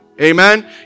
amen